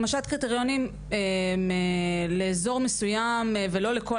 הגמשת קריטריונים לאזור מסוים ולא לכל